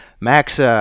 Max